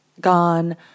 gone